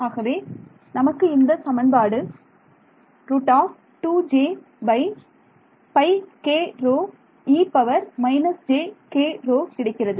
எனவே நமக்கு இந்த சமன்பாடு கிடைக்கிறது